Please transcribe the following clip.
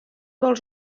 dels